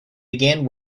began